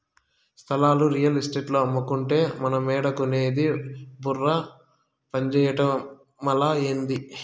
స్థలాలు రియల్ ఎస్టేటోల్లు అమ్మకంటే మనమేడ కొనేది బుర్ర పంజేయటమలా, ఏంది